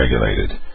regulated